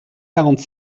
quarante